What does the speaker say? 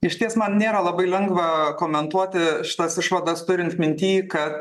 išties man nėra labai lengva komentuoti šitas išvadas turint minty kad